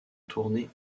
tournée